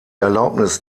erlaubnis